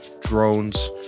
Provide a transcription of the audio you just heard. drones